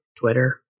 Twitter